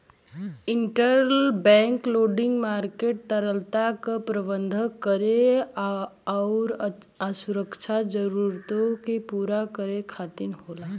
interbank lending market तरलता क प्रबंधन करे आउर आरक्षित जरूरतन के पूरा करे खातिर होला